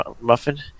muffin